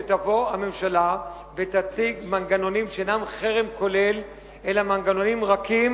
שתבוא הממשלה ותציג מנגנונים שאינם חרם כולל אלא מנגנונים רכים